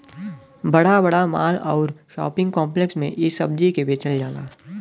बड़ा बड़ा माल आउर शोपिंग काम्प्लेक्स में इ सब्जी के बेचल जाला